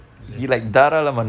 that's